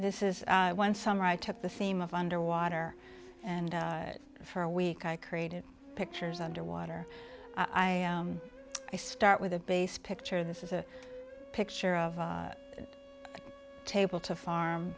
this is one summer i took the theme of underwater and for a week i created pictures underwater i start with a base picture this is a picture of a table to farm